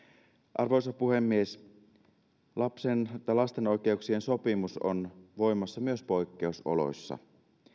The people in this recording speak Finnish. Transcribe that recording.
arvoisa puhemies lasten oikeuksien sopimus on voimassa myös poikkeusoloissa